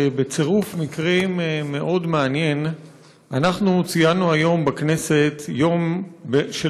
בצירוף מקרים מאוד מעניין ציינו היום בכנסת יום של